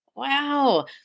Wow